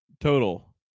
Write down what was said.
total